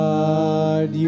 God